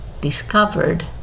discovered